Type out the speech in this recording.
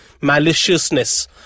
maliciousness